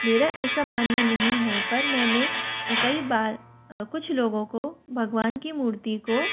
मेरा ऐसा मानना नहीं है पर मैंने कई बार कुछ लोगों को भगवान की मूर्ति को